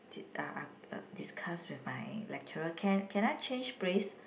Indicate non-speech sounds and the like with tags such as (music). (noise) uh uh uh discuss with my lecturer can can I change place